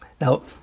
Now